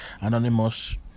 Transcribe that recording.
anonymous